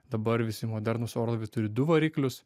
dabar visi modernūs orlaiviai turi du variklius